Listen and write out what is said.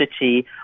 city